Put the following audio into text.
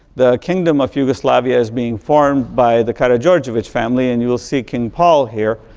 the kingdom of yugoslavia is being formed by the karadjordjevics family, and you'll see king paul here,